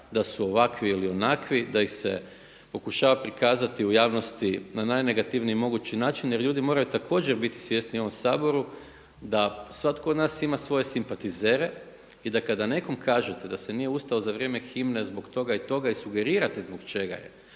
da su ovakvi ili onakvi, da ih se pokušava prikazati u javnosti na najnegativniji mogući način jer ljudi moraju također biti svjesni u ovom Saboru da svatko od nas ima svoje simpatizere i da kada nekome kažete da se nije ustao za vrijeme himne zbog toga i toga i sugerirate zbog čega je